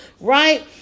right